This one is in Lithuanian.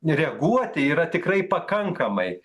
reaguoti yra tikrai pakankamai